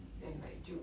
then like 就